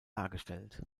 dargestellt